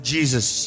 Jesus